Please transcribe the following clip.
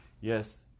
Yes